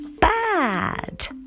bad